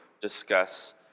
discuss